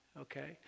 okay